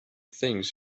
things